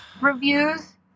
reviews